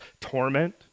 torment